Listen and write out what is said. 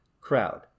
Crowd